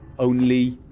only